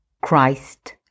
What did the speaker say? Christ